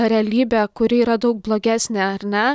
realybė kuri yra daug blogesnė ar ne